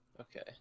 Okay